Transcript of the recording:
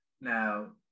now